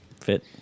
fit